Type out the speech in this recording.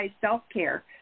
self-care